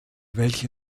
welche